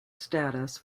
status